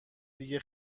دیگه